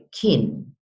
kin